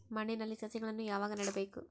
ಮಣ್ಣಿನಲ್ಲಿ ಸಸಿಗಳನ್ನು ಯಾವಾಗ ನೆಡಬೇಕು?